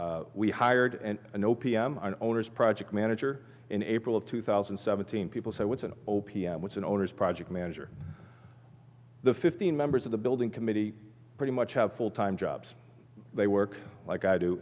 team we hired and in o p m owners project manager in april of two thousand and seventeen people said what's an o p m what's an owner's project manager the fifteen members of the building committee pretty much have full time jobs they work like i do